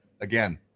again